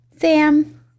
sam